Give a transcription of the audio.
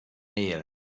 mail